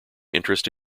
interest